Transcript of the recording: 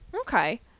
Okay